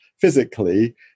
physically